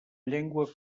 llengua